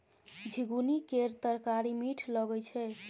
झिगुनी केर तरकारी मीठ लगई छै